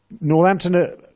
northampton